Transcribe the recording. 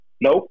Nope